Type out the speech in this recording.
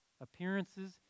Appearances